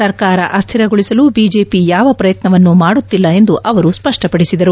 ಸರ್ಕಾರ ಅಸ್ದಿರಗೊಳಿಸಲು ಬಿಜೆಪಿ ಯಾವ ಪ್ರಯತ್ನ ಮಾಡುತ್ತಿಲ್ಲ ಎಂದು ಅವರು ಸ್ವಷ್ವಪಡಿಸಿದರು